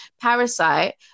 Parasite